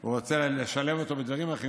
או רוצה לשלב אותו בדברים אחרים,